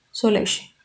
so like she